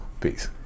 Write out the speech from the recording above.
Peace